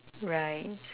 right